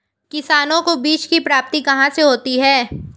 किसानों को बीज की प्राप्ति कहाँ से होती है?